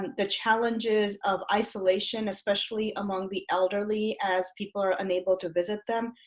the challenges of isolation especially among the elderly as people are unable to visit them.